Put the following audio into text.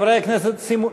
ועדת הפנים,